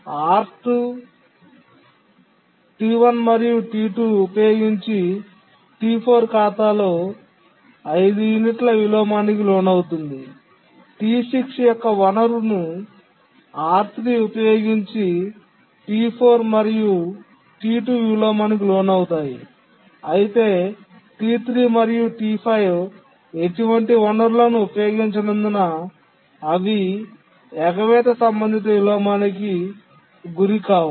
R2 T1 మరియు T2 ఉపయోగించి T4 ఖాతాలో 5 యూనిట్ల విలోమానికి లోనవుతుంది T6 యొక్క వనరును R3 ఉపయోగించి T4 మరియు T2 విలోమానికి లోనవుతాయి అయితే T3 మరియు T5 ఎటువంటి వనరులను ఉపయోగించనందున అవి ఎగవేత సంబంధిత విలోమానికి గురికావు